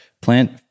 plant